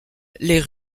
les